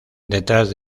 detrás